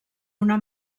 una